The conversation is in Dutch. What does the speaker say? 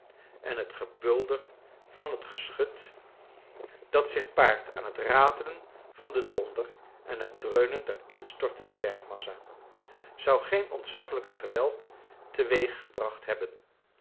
en het gebulder van het geschut dat zich paart aan het ratelen van den donder en het dreunen der instortende bergmassa zou geen ontzaglijker geweld teweeggebracht hebben